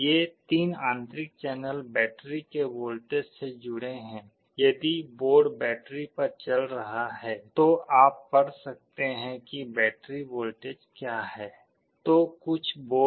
ये 3 आंतरिक channel battery के वोल्टेज से जुड़े हैं यदि बोर्ड बैटरी पर चल रहा है तो आप पढ़ सकते हैं कि बैटरी वोल्टेज क्या है तो कुछ बोर्ड में एक बिल्ट इन तापमान सेंसर है